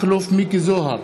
מכלוף מיקי זוהר,